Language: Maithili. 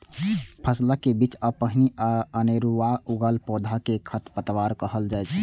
फसलक बीच अपनहि अनेरुआ उगल पौधा कें खरपतवार कहल जाइ छै